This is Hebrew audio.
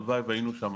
הלוואי שהיינו שם,